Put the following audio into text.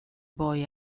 boy